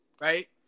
right